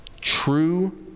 true